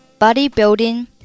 bodybuilding